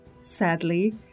Sadly